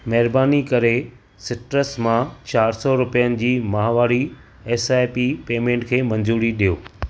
महिरबानी करे सिट्रस मां चारि सौ रुपियनि जी माहवारी एसआइपी पेमेंटु खे मंज़ूरी ॾियो